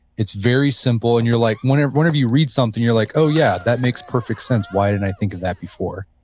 it's very simple, and like whenever whenever you read something, you're like, oh, yeah, that makes perfect sense. why didn't i think of that before?